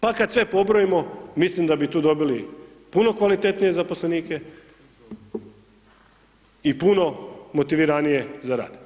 Pa kad sve pobrojimo milim da bi tu dobili puno kvalitetnije zaposlenike i puno motiviranije za rad.